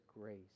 grace